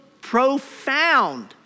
profound